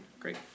Great